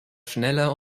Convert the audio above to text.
schneller